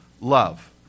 love